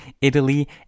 Italy